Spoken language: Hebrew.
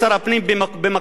במקום נידח,